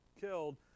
killed